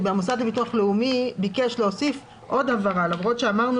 המוסד לביטוח לאומי ביקש להוסיף עוד הבהרה למרות שאמרנו